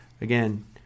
again